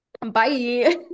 Bye